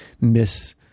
miss